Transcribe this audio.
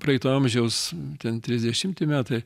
praeito amžiaus ten trisdešimti metai